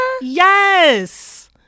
Yes